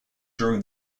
during